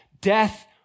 Death